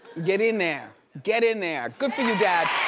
get in there. get in there. good for you, dad.